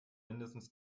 mindestens